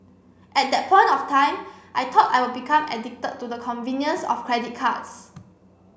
at that point of time I thought I would become addicted to the convenience of credit cards